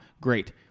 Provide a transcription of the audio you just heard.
Great